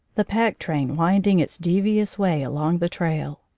the pack-train winding its devious way along the trail.